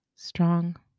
Strong